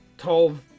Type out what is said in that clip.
told